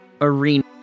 arena